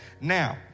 Now